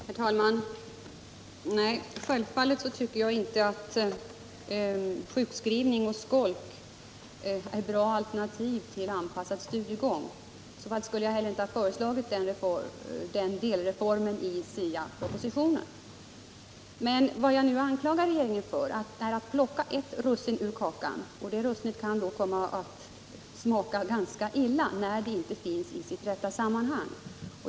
Herr talman! Självfallet tycker jag inte att sjukskrivning och skolk är bra alternativ till anpassad studiegång. I så fall skulle jag inte ha föreslagit den delreformen i SIA-propositionen. Men vad jag nu anklagar regeringen för är att plocka ett russin ur kakan — och det russinet kan komma att smaka ganska illa när det inte finns i sitt rätta sammanhang.